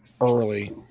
early